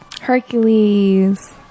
Hercules